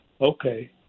Okay